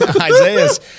Isaiah's